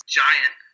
giant